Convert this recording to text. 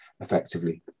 effectively